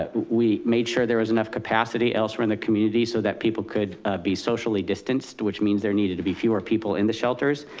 ah we made sure there was enough capacity elsewhere in the community so that people could be socially distanced, which means there needed to be fewer people in the shelters.